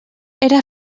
era